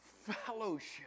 fellowship